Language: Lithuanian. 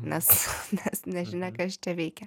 nes nes nežinia kas čia veikia